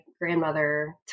grandmother